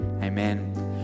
Amen